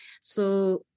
So-